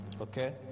okay